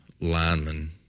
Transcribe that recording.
linemen